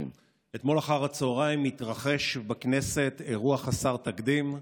אתמול אחר הצוהריים התרחש בכנסת אירוע חסר תקדים.